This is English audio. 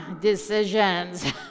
decisions